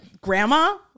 grandma